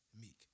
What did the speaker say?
Meek